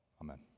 Amen